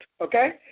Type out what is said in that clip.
okay